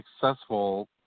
successful